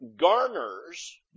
garners